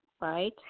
right